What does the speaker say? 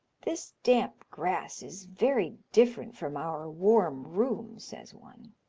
this damp grass is very different from our warm room, says one.